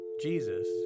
Jesus